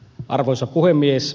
arvoisa puhemies